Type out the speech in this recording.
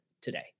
today